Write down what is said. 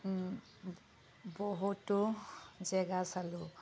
বহুতো জেগা চালোঁ